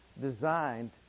designed